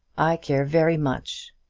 i care very much.